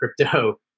crypto